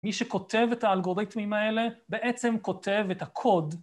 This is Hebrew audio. מי שכותב את האלגוריתמים האלה בעצם כותב את הקוד.